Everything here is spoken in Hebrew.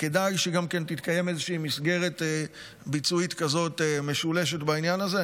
כדאי שגם תתקיים איזושהי מסגרת ביצועית כזאת משולשת בעניין הזה.